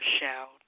shout